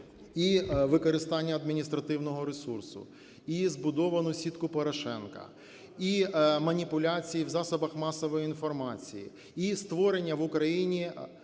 і використання адміністративного ресурсу, і збудовану сітку Порошенка, і маніпуляції в засобах масової інформації, і створення в Україні